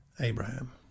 Abraham